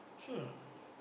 hmm